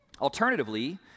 Alternatively